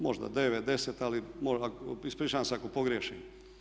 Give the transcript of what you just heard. Možda 9, 10 ali ispričavam se ako pogriješim.